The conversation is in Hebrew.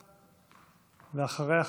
ואחריה,